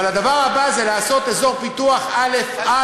אבל הדבר הבא זה לעשות אזור פיתוח א"א